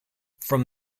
from